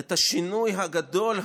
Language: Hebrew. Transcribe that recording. את השינוי הגדול,